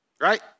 right